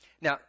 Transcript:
Now